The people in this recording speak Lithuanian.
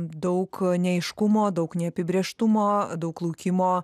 daug neaiškumo daug neapibrėžtumo daug laukimo